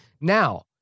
Now